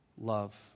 love